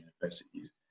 universities